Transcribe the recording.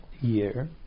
year